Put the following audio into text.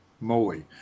moly